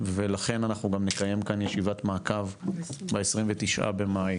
ולכן אנחנו גם נקיים כאן ישיבת מעקב ב-29 במאי,